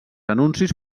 anuncis